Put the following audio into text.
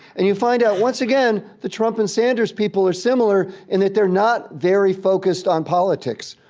and you find out once again, the trump and sanders people are similar in that they're not very focused on politics.